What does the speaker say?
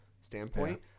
standpoint